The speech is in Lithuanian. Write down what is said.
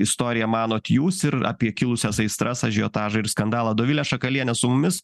istoriją manot jūs ir apie kilusias aistras ažiotažą ir skandalą dovilė šakalienė su mumis